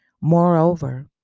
Moreover